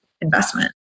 investment